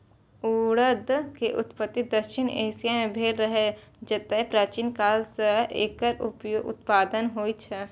उड़द के उत्पत्ति दक्षिण एशिया मे भेल रहै, जतय प्राचीन काल सं एकर उत्पादन होइ छै